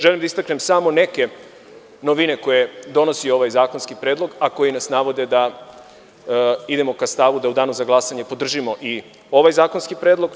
Želim da istaknem samo neke novine koje donosi ovaj zakonski predlog, a koje nas navode da idemo ka stavu da u Danu za glasanje podržimo i ovaj zakonski predlog.